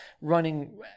running